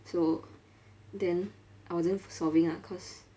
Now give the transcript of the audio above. so then I wasn't solving lah cause